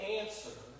answer